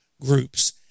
groups